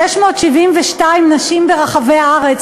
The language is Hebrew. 672 נשים ברחבי הארץ,